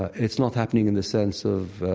it's not happening in the sense of,